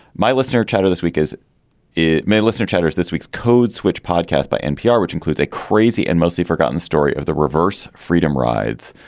my listener chatter this week is it made? listener chatters. this week's code switch podcast by npr, which includes a crazy and mostly forgotten story of the reverse freedom rides.